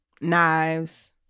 knives